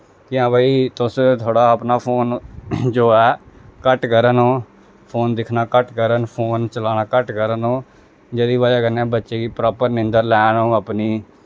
कि हां भाई तुस थोह्ड़ा अपना फोन जो ऐ घट्ट करन ओह् फोन दिक्खना घट्ट करन फोन चलाना घट्ट करन ओह् जेह्दी बजह् कन्नै बच्चे गी प्रापर नींदर लैन ओह् अपनी